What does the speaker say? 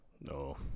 No